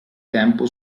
tempo